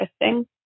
interesting